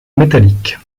métallique